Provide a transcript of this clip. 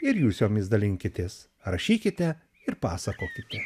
ir jūs jomis dalinkitės rašykite ir pasakokite